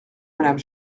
madame